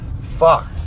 Fuck